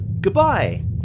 Goodbye